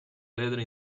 letra